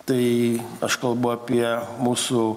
tai aš kalbu apie mūsų